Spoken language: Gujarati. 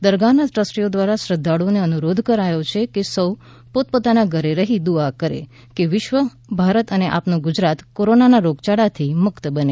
દરગાહના ટ્રસ્ટીઓ દ્વારા શ્રદ્વાળુઓને અનુરોધ કરાયો છે કે સૌ પોત પોતાના ઘરે રહી દુઆ કરે કે વિશ્વ ભારત અને આપનું ગુજરાત કોરોના રોગયાળા થી મુક્ત બને